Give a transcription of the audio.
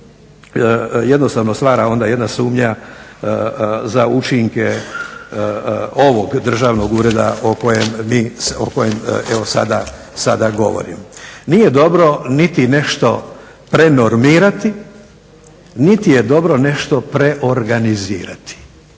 jednostavno stvara onda jedna sumnja za učinke ovog državnog ureda o kojem evo sada govorim. Nije dobro niti nešto prenormirati niti je dobro nešto preorganizirati,